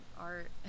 art